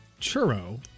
churro